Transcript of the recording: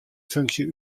funksje